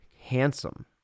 handsome